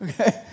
okay